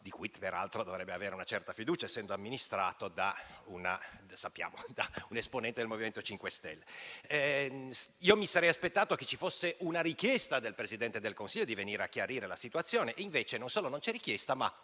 di cui peraltro dovrebbe avere una certa fiducia essendo amministrato, come sappiamo, da un’esponente del MoVimento 5 Stelle. Mi sarei aspettato che ci fosse una richiesta del Presidente del Consiglio di venire a chiarire la situazione; invece, non solo non c’è richiesta, ma,